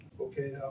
Okay